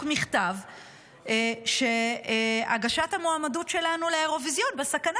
מכתב שהגשת המועמדות שלנו לאירוויזיון בסכנה,